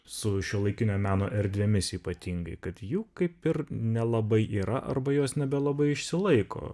su šiuolaikinio meno erdvėmis ypatingai kad jų kaip ir nelabai yra arba jos nebelabai išsilaiko